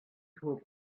through